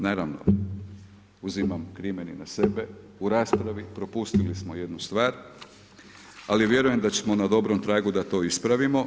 Naravno, uzimam krimen i na sebe u raspravi propustili smo jednu stvar, ali vjerujem da smo na dobrom tragu da to ispravimo.